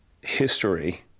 history